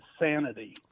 insanity